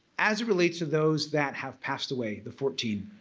as it relates to those that have passed away, the fourteen,